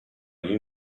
you